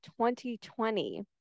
2020